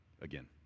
again